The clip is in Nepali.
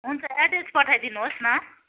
हुन्छ एड्रेस पठाइदिनुहोस् न